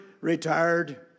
Retired